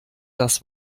das